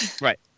Right